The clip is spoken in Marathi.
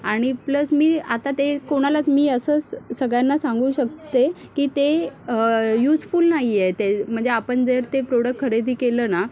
आणि प्लस मी आता ते कोणालाच मी असं स सगळ्यांना सांगू शकते की ते युजफूल नाही आहे ते म्हणजे आपण जर ते प्रोडक खरेदी केलं ना